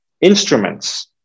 instruments